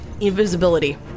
invisibility